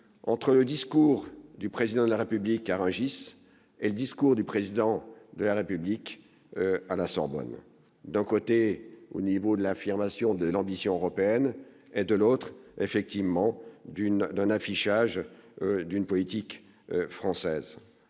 entre le discours du président de la République à Rungis et le discours du président de la République à la Sorbonne, d'un côté, au niveau de l'affirmation de l'ambition européenne et de l'autre, effectivement d'une d'un affichage d'une politique française,